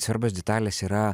svarbios detalės yra